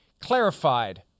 clarified